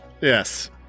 Yes